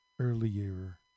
earlier